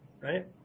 right